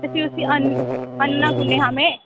ते फ्ही उसी आह्नना कुन्नै हा में